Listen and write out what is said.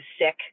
sick